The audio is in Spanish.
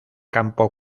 campo